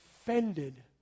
offended